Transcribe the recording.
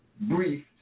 brief